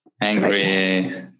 angry